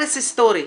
הרס היסטורי.